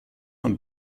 und